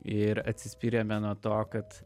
ir atsispyrėme nuo to kad